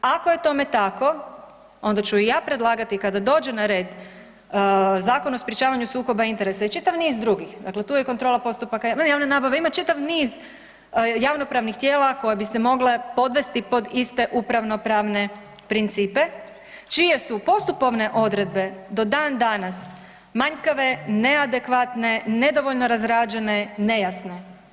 Ako je tome tako onda ću i ja predlagati kada dođe na red Zakon o sprječavanju sukoba interesa i čitav niz drugih, dakle tu je kontrola postupaka javne nabave, ima čitav niz javnopravnih tijela koja bi se mogla podvesti pod iste upravno pravne principe čije su postupovne odredbe do dan danas manjkave, neadekvatne, nedovoljno razrađene, nejasne.